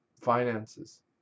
finances